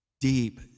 deep